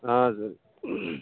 ஆ சரி